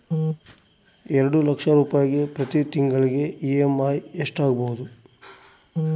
ಎರಡು ಲಕ್ಷ ರೂಪಾಯಿಗೆ ಪ್ರತಿ ತಿಂಗಳಿಗೆ ಇ.ಎಮ್.ಐ ಎಷ್ಟಾಗಬಹುದು?